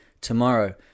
tomorrow